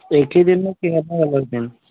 एक ही दिन में किया था अलग दिन